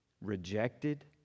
rejected